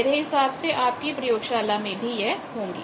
मेरे हिसाब से आप की प्रयोगशाला में भी यह होंगी